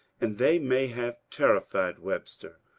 and they may have terrified webster,